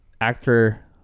actor